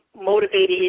motivated